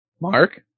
Mark